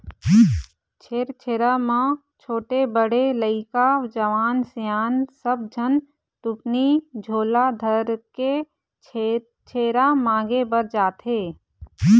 छेरछेरा म छोटे, बड़े लइका, जवान, सियान सब झन टुकनी झोला धरके छेरछेरा मांगे बर जाथें